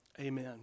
Amen